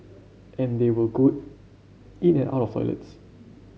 and they will go in and out of toilets